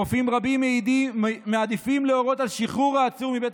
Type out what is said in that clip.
רופאים רבים מעדיפים להורות על שחרור העצור מבית